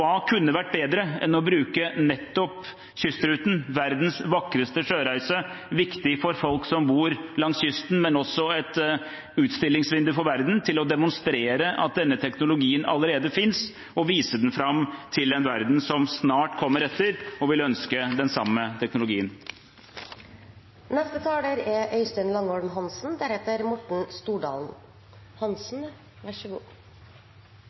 kunne vært bedre enn å bruke nettopp kystruten – verdens vakreste sjøreise, viktig for folk som bor langs kysten, men også et utstillingsvindu for verden – til å demonstrere at denne teknologien allerede finnes, vise den fram til en verden som snart kommer etter, og vil ønske den samme teknologien?